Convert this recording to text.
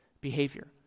behavior